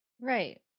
Right